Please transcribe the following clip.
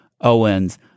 Owens